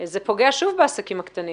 זה פוגע שוב בעסקים הקטנים.